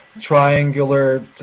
triangular